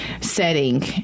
setting